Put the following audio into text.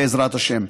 בעזרת השם.